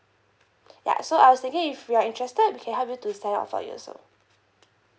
ya so I was thinking if you're interested we can help you to sign up for you also